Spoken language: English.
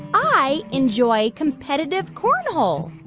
i enjoy competitive cornhole.